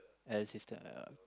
as sister uh